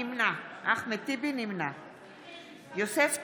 נמנע יוסף טייב,